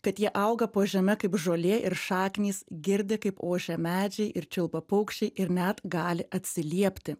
kad jie auga po žeme kaip žolė ir šaknys girdi kaip ošia medžiai ir čiulba paukščiai ir net gali atsiliepti